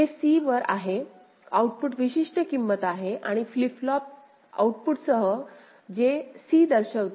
हे c वर आहे आउटपुट विशिष्ट किंमत आहे आणि फ्लिप फ्लॉप आउटपुटसह जे c दर्शविते